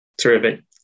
Terrific